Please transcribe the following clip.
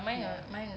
ya